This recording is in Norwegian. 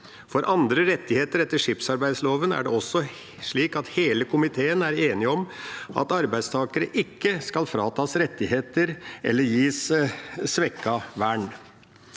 For andre rettigheter etter skipsarbeidsloven er også hele komiteen enig om at arbeidstakere ikke skal fratas rettigheter eller gis svekket vern.